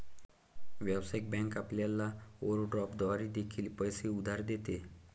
व्यावसायिक बँक आपल्याला ओव्हरड्राफ्ट द्वारे देखील पैसे उधार देते